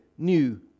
new